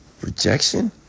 rejection